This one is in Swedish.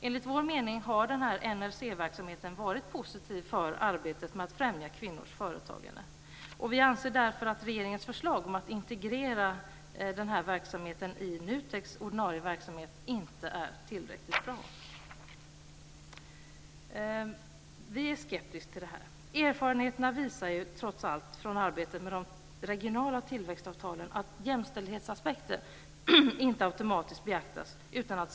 Enligt vår mening har den här NRC-verksamheten varit positiv för arbetet med att främja kvinnors företagande, och vi anser därför att regeringens förslag om att integrera den i NUTEK:s ordinarie verksamhet inte är tillräckligt bra. Vi är skeptiska till detta. Erfarenheterna från arbetet med de regionala tillväxtavtalen visar ju trots allt att jämställdhetsaspekten inte automatiskt beaktas.